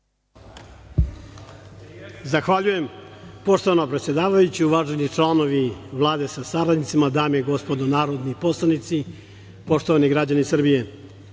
Zahvaljujem. Poštovana predsedavajuća, uvaženi članovi Vlade sa saradnicima, dame i gospodo narodni poslanici, poštovani građani Srbije,